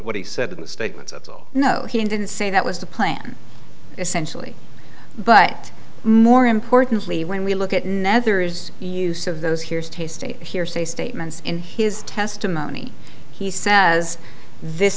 what he said in the statement at all no he didn't say that was the plan essentially but more importantly when we look at another's use of those here's tasty hearsay statements in his testimony he says this